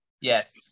Yes